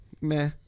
meh